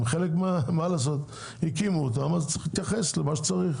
הם הקימו אז צריך להתייחס למה שצריך.